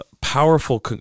powerful